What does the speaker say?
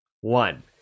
One